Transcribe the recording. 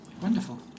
Wonderful